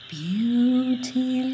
beauty